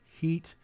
heat